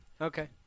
Okay